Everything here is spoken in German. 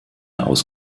aus